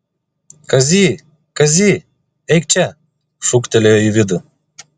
kazy kazy eik čia šūktelėjo į vidų